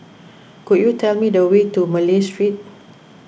could you tell me the way to Malay Street